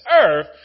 earth